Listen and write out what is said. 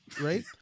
right